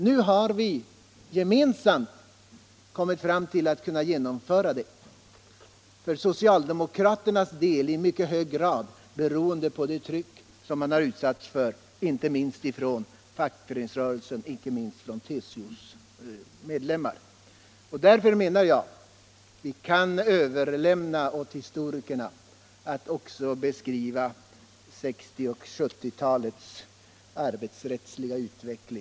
Nu har vi gemensamt kunnat genomföra det, för socialdemokraternas del i mycket hög grad beroende på det tryck som de utsatts för från både LO:s och TCO:s medlemmar. Därför kan vi överlämna åt historikerna att beskriva 1960-och 1970-talets arbetsrättsliga utveckling.